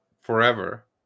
forever